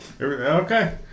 okay